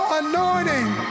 anointing